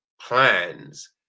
plans